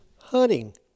hunting